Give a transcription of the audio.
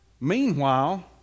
Meanwhile